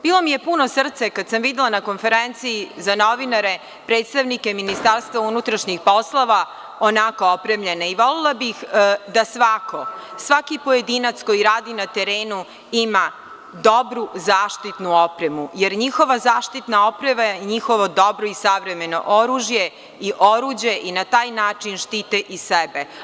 Bilo mi je puno srce kada sam videla na konferenciji za novinare predstavnike MUP onako opremljene i volela bih da svako, svaki pojedinac koji radi na terenu, ima dobru zaštitnu opremu, jer njihova zaštitna oprema je njihovo dobro i savremeno oružje i oruđe i na taj način štite i sebe.